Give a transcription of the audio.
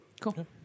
Cool